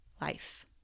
life